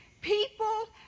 people